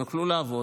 הם יוכלו לעבוד,